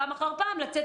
פעם אחר פעם לצאת